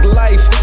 life